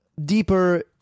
deeper